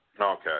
Okay